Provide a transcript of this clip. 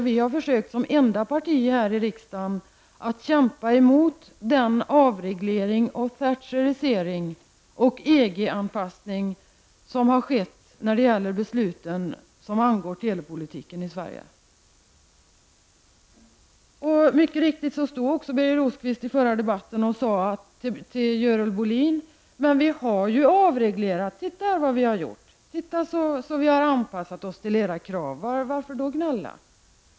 Vi har som enda parti här i riksdagen försökt att kämpa emot den avreglering, Thatcherisering och EG-anpassning som har skett när det gäller besluten som angår telepolitiken i Sverige. Mycket riktigt sade Birger Rosqvist också i förra debatten till Görel Bohlin: Men vi har ju avreglerat. Titta här vad vi har gjort! Titta vad vi har anpassat oss till era krav! Varför då gnälla?